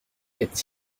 est